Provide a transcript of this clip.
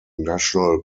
national